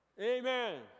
Amen